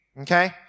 Okay